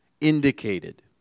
indicated